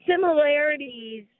similarities